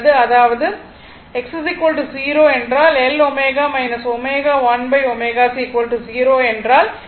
அதாவது X 0 என்றால் L ω ω 1ω C0 என்றால் L ω1ω C ஆகும்